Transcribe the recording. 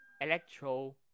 electro